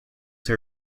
her